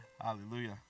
Hallelujah